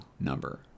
number